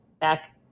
back